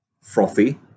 frothy